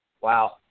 Wow